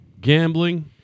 gambling